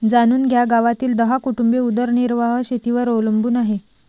जाणून घ्या गावातील दहा कुटुंबे उदरनिर्वाह शेतीवर अवलंबून आहे